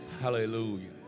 Hallelujah